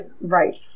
Right